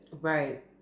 right